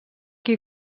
qui